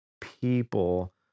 people